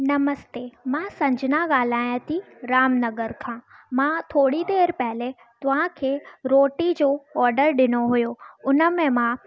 नमस्ते मां संजना ॻाल्हायां थी रामनगर खां मां थोरी देरि पहिले तव्हांखे रोटी जो ऑडर ॾिनो हुयो उन में मां